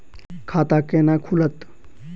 खाता केना खुलत?